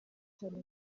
cyane